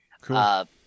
Cool